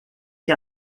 que